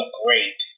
great